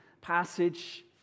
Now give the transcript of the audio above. passage